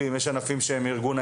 הישיבה ננעלה בשעה 14:10.